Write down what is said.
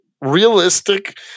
Realistic